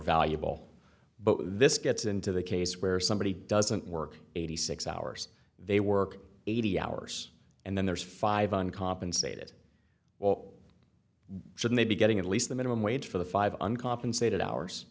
valuable but this gets into the case where somebody doesn't work eighty six hours they work eighty hours and then there's five uncompensated or should they be getting at least the minimum wage for the five uncompensated hours